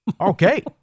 Okay